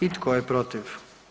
I tko je protiv?